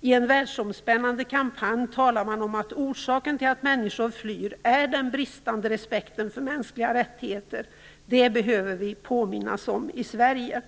I en världsomspännande kampanj talar man om att orsaken till att människor flyr är den bristande respekten för mänskliga rättigheter. Det behöver vi påminnas om i Sverige.